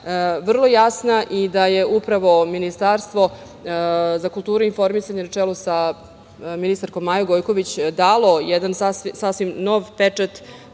vrlo jasna i da je upravo Ministarstvo za kulturu i informisanje na čelu sa ministarkom Majom Gojković dalo jedan sasvim nov pečat